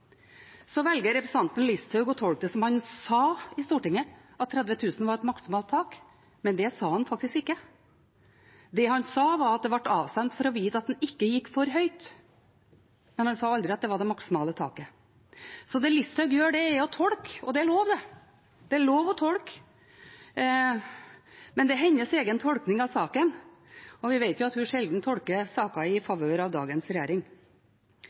Så velger representanten Listhaug å tolke det som at han sa i Stortinget at 30 000 kr var et maksimalt tak, men det sa han faktisk ikke. Det han sa, var at det ble avstemt for å vite at en ikke gikk for høyt, men han sa aldri at det var det maksimale taket. Det Listhaug gjør, er å tolke, og det er lov. Det er lov å tolke, men det er hennes egen tolkning av saken, og vi vet at hun sjelden tolker saker i favør av dagens regjering.